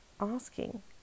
asking